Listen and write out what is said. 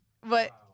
but-